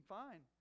fine